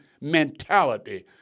mentality